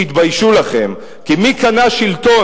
תתביישו לכם, כי מי קנה שלטון?